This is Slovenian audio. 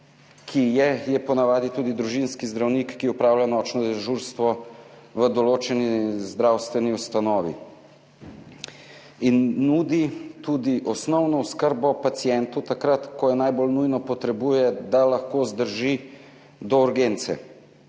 ki je po navadi tudi družinski zdravnik, ki opravlja nočno dežurstvo v določeni zdravstveni ustanovi in nudi tudi osnovno oskrbo pacientu, takrat, ko jo najbolj nujno potrebuje, da lahko zdrži do urgence.